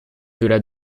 delà